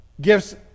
Gifts